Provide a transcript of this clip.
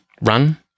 Run